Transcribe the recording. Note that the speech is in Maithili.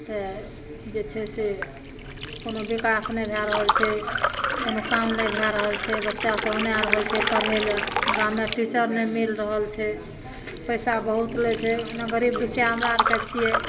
तऽ जे छै से कोनो विकास नहि भए रहल छै कोनो काम नहि भए रहल छै बच्चा सब औनए रहल छै पढ़ै लए गाममे टीचर नहि मिल रहल छै पैसा बहुत लै छै ओहिना गरीब दुखिया हमरा आरके छियै